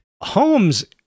Holmes